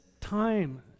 time